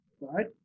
right